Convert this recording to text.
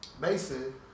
Mason